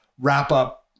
wrap-up